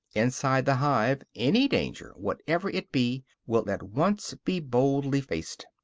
inside the hive, any danger, whatever it be, will at once be boldly faced.